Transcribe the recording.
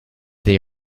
they